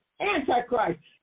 Antichrist